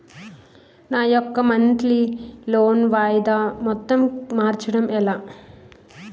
నా యెక్క monthly loan వాయిదా మొత్తం మార్చడం ఎలా?